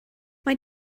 mae